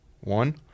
one